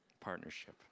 partnership